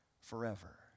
forever